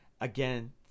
Again